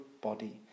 body